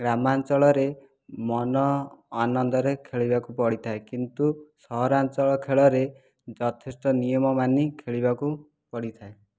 ଗ୍ରାମାଞ୍ଚଳରେ ମନ ଆନନ୍ଦରେ ଖେଳିବାକୁ ପଡ଼ିଥାଏ କିନ୍ତୁ ସହରାଞ୍ଚଳ ଖେଳରେ ଯଥେଷ୍ଟ ନିୟମ ମାନି ଖେଳିବାକୁ ପଡ଼ିଥାଏ